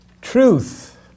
Truth